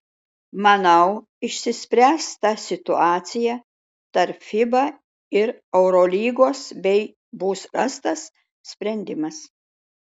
manau išsispręs ta situacija tarp fiba ir eurolygos bei bus rastas sprendimas